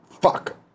Fuck